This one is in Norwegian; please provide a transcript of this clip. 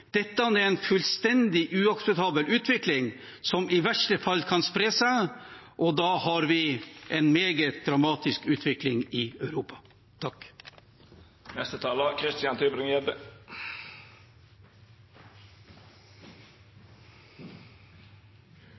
Dette er en fullstendig uakseptabel utvikling, som i verste fall kan spre seg, og da har vi en meget dramatisk utvikling i Europa.